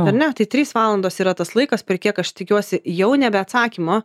ar ne tai trys valandos yra tas laikas per kiek aš tikiuosi jau nebe atsakymo